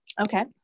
Okay